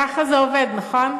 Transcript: ככה זה עובד, נכון?